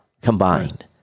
combined